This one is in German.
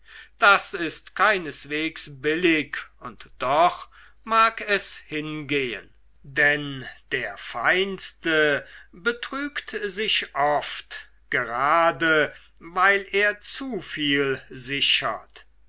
das ist keinesweges billig und doch mag es hingehen denn der feinste betriegt sich oft gerade weil er zu viel sichert